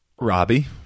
Robbie